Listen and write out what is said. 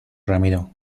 ramiro